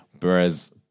Whereas